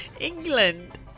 England